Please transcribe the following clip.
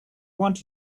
want